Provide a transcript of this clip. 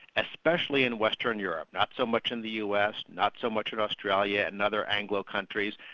especially in western europe. not so much in the us, not so much in australia, and other anglo countries,